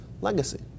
legacy